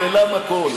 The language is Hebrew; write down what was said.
נעלם הכול.